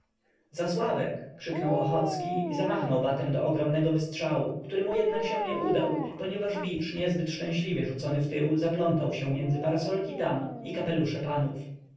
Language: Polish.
zasławek krzyknął ochocki i zamachnął batem do ogromnego wystrzału który mu się jednak nie udał ponieważ bicz niezbyt szczęśliwie rzucony wtył zaplątał się między parasolki dam i kapelusze panów